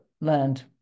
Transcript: land